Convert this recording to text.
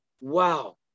wow